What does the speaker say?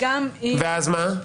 ואז מה?